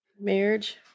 marriage